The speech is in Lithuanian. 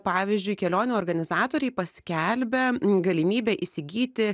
pavyzdžiui kelionių organizatoriai paskelbia galimybę įsigyti